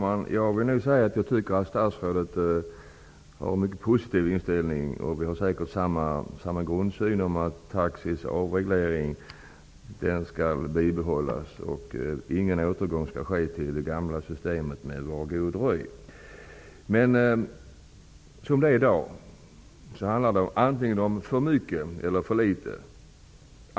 Herr talman! Jag tycker att statsrådet har en mycket positiv inställning. Vi har säkert samma grundsyn vad gäller att taxis avreglering skall bibehållas. Ingen återgång till det gamla systemet med ''Var god dröj'' skall ske. I dag handlar det antingen om för mycket eller för litet.